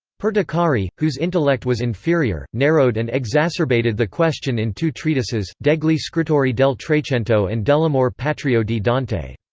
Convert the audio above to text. perticari, whose intellect was inferior, narrowed and exacerbated the question in two treatises, degli scrittori del trecento and dell'amor patrio di dante.